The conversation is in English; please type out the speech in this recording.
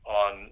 on